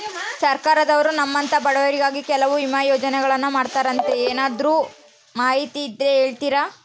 ಸರ್ಕಾರದವರು ನಮ್ಮಂಥ ಬಡವರಿಗಾಗಿ ಕೆಲವು ವಿಮಾ ಯೋಜನೆಗಳನ್ನ ಮಾಡ್ತಾರಂತೆ ಏನಾದರೂ ಮಾಹಿತಿ ಇದ್ದರೆ ಹೇಳ್ತೇರಾ?